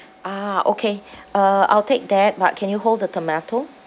ah okay uh I'll take that but can you hold the tomato